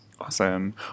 Awesome